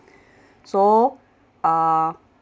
so err